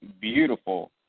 Beautiful